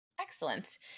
Excellent